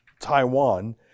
Taiwan